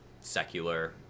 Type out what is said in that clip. secular